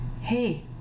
hey